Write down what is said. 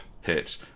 hit